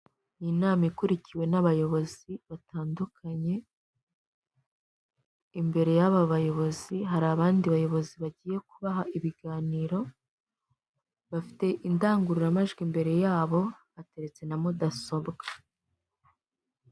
Iyi nama ikurikiwe n'abayobozi batandukanye, imbere yaba bayobozi hari abandi bayobozi bagiye kubaha ibiganiro bafite indangururamajwi imbere yabo hateretse na mudasobwa.